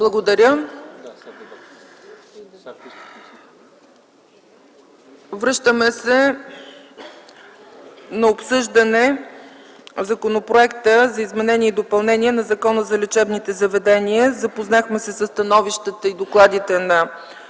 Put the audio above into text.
е прието. Връщаме се към обсъждане на Законопроекта за изменение и допълнение на Закона за лечебните заведения. Запознахме се със становищата и докладите на